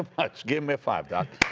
um much. give five, doc.